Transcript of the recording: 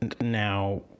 now